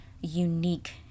unique